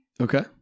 Okay